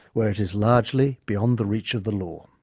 where it is largely beyond the reach of the law.